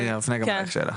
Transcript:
אני אפנה גם אלייך שאלה.